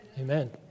Amen